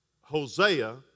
Hosea